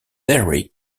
berry